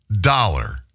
dollar